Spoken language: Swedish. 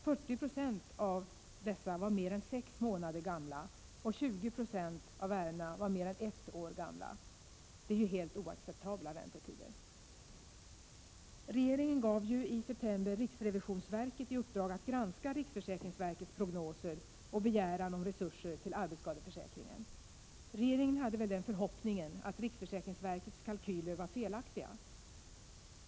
Av dessa ärenden var 40 96 mer än sex månader gamla, och 20 26 av ärendena var mer än ett år gamla. Det innebär ju helt oacceptabla väntetider. Regeringen gav i september riksrevisionsverket i uppdrag att granska riksförsäkringsverkets prognoser och begäran om resurser till arbetsskadeförsäkringen. Regeringen hade väl den förhoppningen att riksförsäkringsverkets kalkyler var felaktiga.